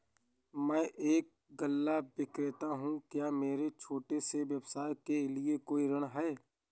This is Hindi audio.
मैं एक गल्ला विक्रेता हूँ क्या मेरे छोटे से व्यवसाय के लिए कोई ऋण है?